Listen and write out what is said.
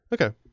Okay